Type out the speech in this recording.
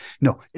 No